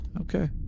okay